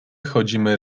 chodzimy